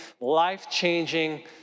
life-changing